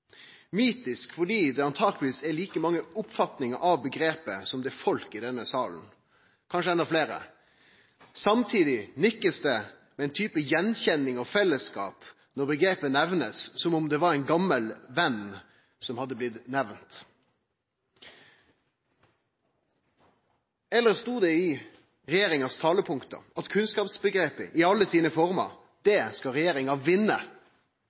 mytisk fordi det antakeleg er like mange oppfatningar av omgrepet som det er folk i denne salen, kanskje endå fleire. Samtidig blir det nikka med ein type attkjenning og fellesskap når omgrepet blir nemnt, som om det var ein gammal venn som hadde blitt nemnd. Eller sto det i talepunkta til regjeringa at kunnskapsomgrepet, i alle sine former, det skal regjeringa vinne?